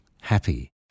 happy